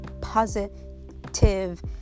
positive